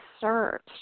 search